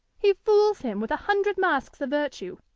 he fools him with a hundred masks of virtue,